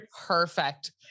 Perfect